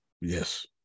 Yes